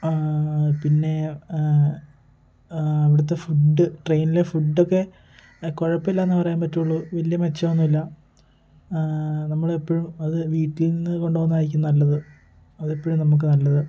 പിന്നേ അവിടത്തെ ഫുഡ് ട്രെയിനിലെ ഫുഡൊക്കെ കുഴപ്പമില്ലയെന്നെ പറയാൻ പറ്റുളളൂ വലിയ മെച്ചമൊന്നുമില്ല നമ്മളെപ്പോഴും അത് വീട്ടിൽനിന്ന് കൊണ്ടുപോകുന്നതായിരിക്കും നല്ലത് അതെപ്പോഴും നമുക്ക് നല്ലത്